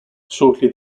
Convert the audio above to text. shortly